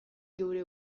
geure